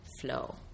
flow